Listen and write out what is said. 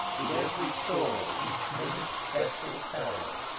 did every store, each minish'd vessel, fail,